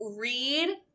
read